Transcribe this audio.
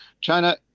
China